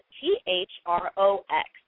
T-H-R-O-X